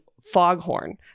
foghorn